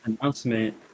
announcement